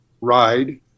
ride